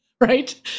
right